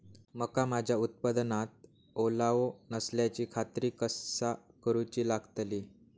मका माझ्या उत्पादनात ओलावो नसल्याची खात्री कसा करुची लागतली?